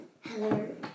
hello